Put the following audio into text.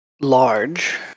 large